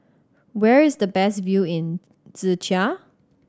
where is the best view in Czechia